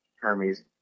Hermes